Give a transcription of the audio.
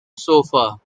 sofa